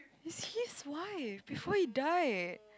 is his wife before he die